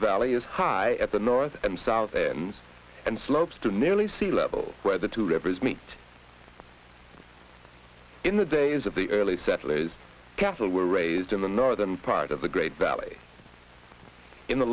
valley is high at the north and south end and slopes to nearly sea level where the two rivers meet in the day as of the early settlers cattle were raised in the northern part of the great valley in the